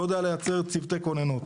לא יודע לייצר צוותי כוננות.